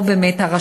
או באמת הרשויות,